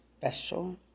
special